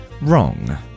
Wrong